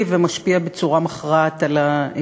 וגם הוא כמובן תקציבי ומשפיע בצורה מכרעת על התקציב.